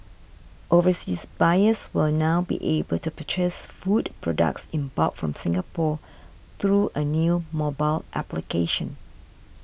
overseas buyers will now be able to purchase food products in bulk from Singapore through a new mobile application